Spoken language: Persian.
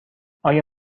آیا